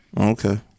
Okay